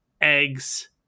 eggs